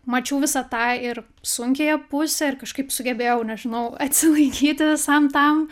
mačiau visą tą ir sunkiąją pusę ir kažkaip sugebėjau nežinau atsilaikyt visam tam